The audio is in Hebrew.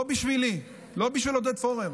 לא בשבילי, לא בשביל עודד פורר,